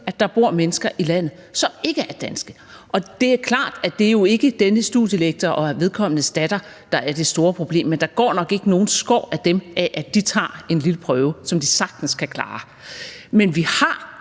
at der bor mennesker i landet, som ikke er danske. Og det er klart, at det jo ikke er denne studielektor og vedkommendes datter, der er det store problem, men der går nok ikke nogen skår af dem af, at de tager en lille prøve, som de sagtens kan klare. Men vi har